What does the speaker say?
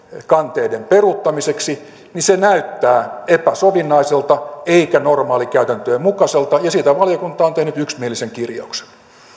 kanteiden peruuttamiseksi niin se näyttää epäsovinnaiselta eikä normaalikäytäntöjen mukaiselta ja siitä valiokunta on tehnyt yksimielisen kirjauksen